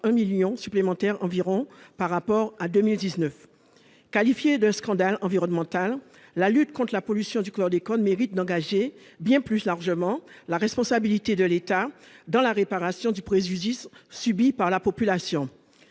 1000000 supplémentaire environ par rapport à 2019 qualifiée de scandale environnemental, la lutte conte la pollution du chlordécone mérite d'engager bien plus largement la responsabilité de l'État dans la réparation du préjudice subi par la population,